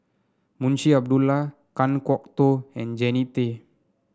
Munshi Abdullah Kan Kwok Toh and Jannie Tay